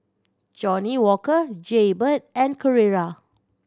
Johnnie Walker Jaybird and Carrera